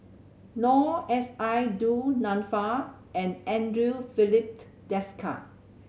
Noor S I Du Nanfa and Andre Filipe Desker